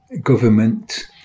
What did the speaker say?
government